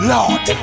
Lord